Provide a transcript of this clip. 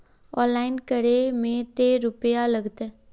Online करे में ते रुपया लगते?